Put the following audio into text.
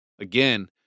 Again